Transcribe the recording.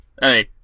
Hey